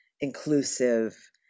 inclusive